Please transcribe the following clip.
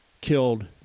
killed